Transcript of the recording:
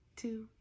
Two